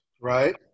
Right